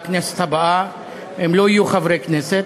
בכנסת הבאה הם לא יהיו חברי כנסת,